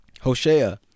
Hoshea